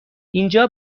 اینجا